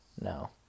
No